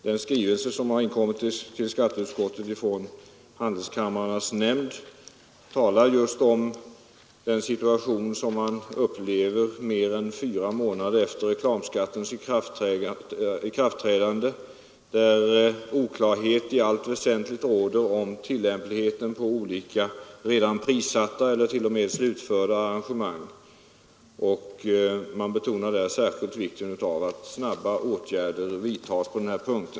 Den skrivelse som har inkommit till utskottet från handelskamrarnas nämnd tar upp situationen som man upplever den mer än fyra månader efter reklamskattens ikraftträdande: Oklarhet råder i allt väsentligt om reklamskattens tillämpning på redan prissatta eller t.o.m. slutförda arrangemang. Man betonar särskilt vikten av att snabba åtgärder vidtas på denna punkt.